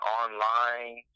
online